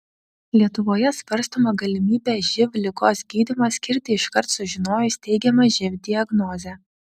lietuvoje svarstoma galimybė živ ligos gydymą skirti iškart sužinojus teigiamą živ diagnozę